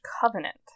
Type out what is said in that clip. covenant